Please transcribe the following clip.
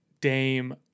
Dame